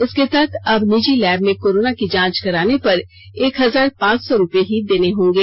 इसके तहत अब निजी लैब में कोरोना की जांच कराने पर एक हजार पांच सौ रुपए ही देने होंगे